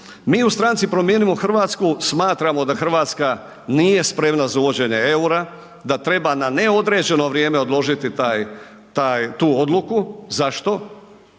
Mi u stranci Promijenimo Hrvatsku smatramo da Hrvatska nije spremna za uvođenje eura, da treba na neodređeno vrijeme odložiti tu odluku. Zašto?